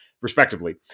respectively